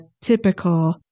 typical